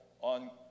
on